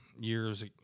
years